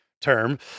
term